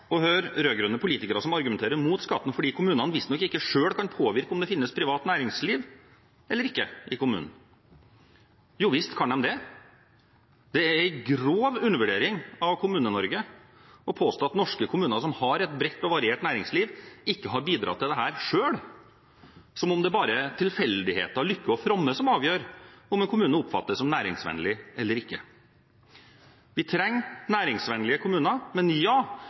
å høre rød-grønne politikere som argumenterer mot skatten fordi kommunene visstnok ikke selv kan påvirke om det finnes privat næringsliv eller ikke i kommunene. Jo visst kan de det. Det er en grov undervurdering av Kommune-Norge å påstå at norske kommuner som har et bredt og variert næringsliv, ikke har bidratt til dette selv – som om det bare er tilfeldigheter, lykke og fromme som avgjør om en kommune oppfattes som næringsvennlig eller ikke. Vi trenger næringsvennlige kommuner, men ja,